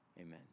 Amen